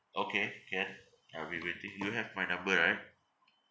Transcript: okay can I'll be waiting you have my number right